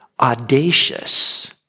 audacious